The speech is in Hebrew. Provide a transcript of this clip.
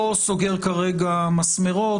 לא סוגר כרגע מסמרות,